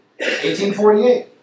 1848